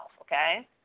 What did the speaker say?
Okay